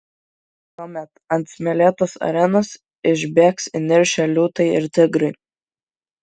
tuomet ant smėlėtos arenos išbėgs įniršę liūtai ir tigrai